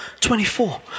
24